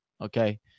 okay